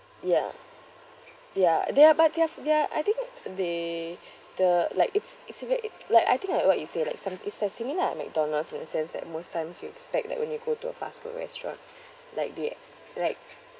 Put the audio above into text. ya ya they are but their they're I think they the like it's it's a very like I think like what you say like some it's a similar McDonald's in the sense that most times you expect that when you go to a fast food restaurant like they like